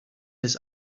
his